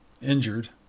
injured